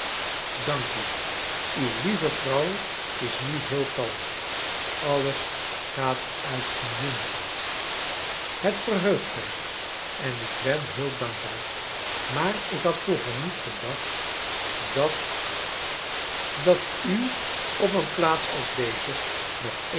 dank u uw lieve vrouw is nu heel kalm alles gaat uitmuntend het verheugt mij en ik ben heel dankbaar maar ik had vroeger niet gedacht dat dat u op een plaats als deze nog eens een